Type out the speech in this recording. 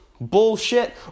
bullshit